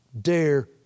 Dare